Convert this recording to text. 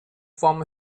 from